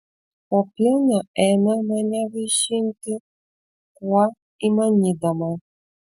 popienė ėmė mane vaišinti kuo įmanydama